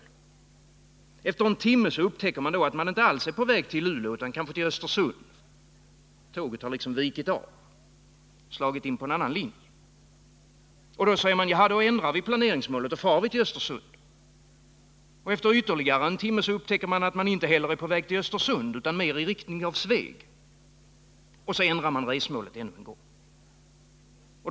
Men efter en timme upptäcker man att man inte alls är på väg till Luleå, utan kanske till Östersund. Tåget har liksom vikit av och slagit in på en annan linje. Och då säger man: Vi ändrar planeringsmålet, vi far till Östersund. Men efter ytterligare en timme upptäcker man att man inte heller är på väg till Östersund, utan meri riktning mot Sveg, och så ändrar man resmålet ännu en gång.